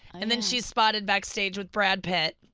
and then she spotted backstage with brad pitt.